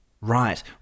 Right